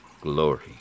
glory